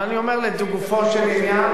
אבל אני אומר לגופו של עניין,